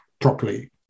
properly